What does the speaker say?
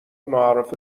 معارف